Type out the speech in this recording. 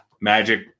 magic